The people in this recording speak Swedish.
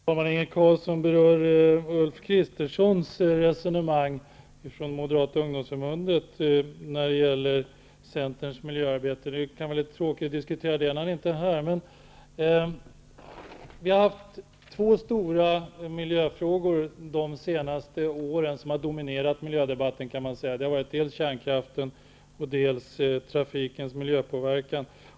Fru talman! Inge Carlsson berör Ulf Kristerssons resonemang från Moderata ungdomsförbundet när det gäller Centerns miljöarbete. Det kan vara litet tråkigt att diskutera det, när han inte är här. Vi har haft två stora miljöfrågor som har dominerat miljödebatten de senaste åren. Det har varit kärnkraften och trafikens miljöpåverkan.